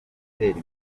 atera